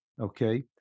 okay